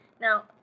Now